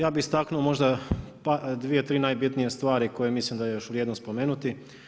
Ja bih istaknuo možda dvije, tri najbitnije stvari koje mislim da je još vrijedno spomenuti.